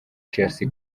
chelsea